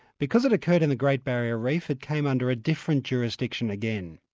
because it occurred in the great barrier reef it came under a different jurisdiction again.